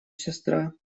сестра